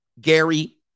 Gary